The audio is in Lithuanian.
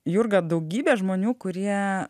jurga daugybė žmonių kurie